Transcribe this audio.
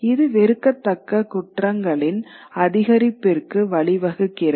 இது வெறுக்கத்தக்க குற்றங்களின் அதிகரிப்பிற்கு வழிவகுக்கிறது